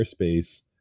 airspace